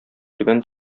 түбән